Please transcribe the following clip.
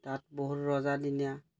তাত বহুত ৰজাদিনীয়া